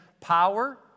power